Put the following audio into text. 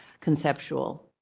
conceptual